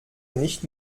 nicht